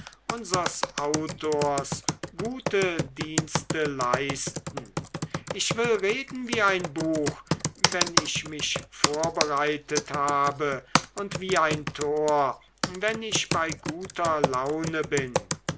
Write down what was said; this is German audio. autors gute dienste leisten ich will reden wie ein buch wenn ich mich vorbereitet habe und wie ein tor wenn ich bei guter laune bin